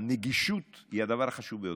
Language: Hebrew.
שהנגישות היא הדבר החשוב ביותר.